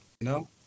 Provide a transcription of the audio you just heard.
no